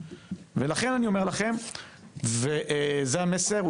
ולכן אני אומר לכם וזה המסר,